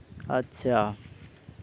ᱟᱪᱪᱷᱟ